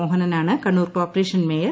മോഹനനാണ് Kannur corporation mayor